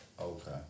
Okay